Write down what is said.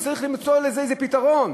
צריך למצוא לזה איזה פתרון.